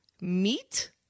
Meat